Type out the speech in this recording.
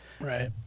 Right